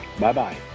Bye-bye